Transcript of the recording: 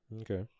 Okay